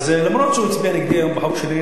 אז אף שהוא הצביע נגדי היום בחוק שלי,